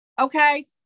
okay